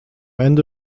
ende